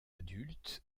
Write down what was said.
adultes